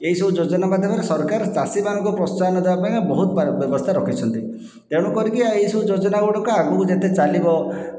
ଏହି ସବୁ ଯୋଜନା ମାଧ୍ୟମରେ ସରକାର ଚାଷୀ ମାନଙ୍କୁ ପ୍ରୋତ୍ସାହନ ଦେବା ପାଇଁ ବହୁତ ବ୍ୟବସ୍ଥା ରଖିଛନ୍ତି ତେଣୁ କରିକି ଏହି ସବୁ ଯୋଜନା ଗୁଡ଼ିକ ଆଗକୁ ଯେତେ ଚାଲିବ